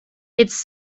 its